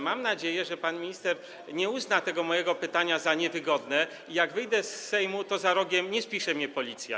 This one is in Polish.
Mam nadzieję, że pan minister nie uzna tego mojego pytania za niewygodne i jak wyjdę z Sejmu, to za rogiem nie spisze mnie policja.